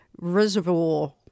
Reservoir